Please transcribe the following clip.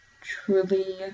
truly